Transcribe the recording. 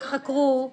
אנשים חקרו,